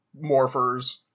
morphers